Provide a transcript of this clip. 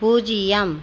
பூஜ்ஜியம்